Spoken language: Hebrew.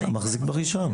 המחזיק ברישיון.